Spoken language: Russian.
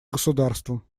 государством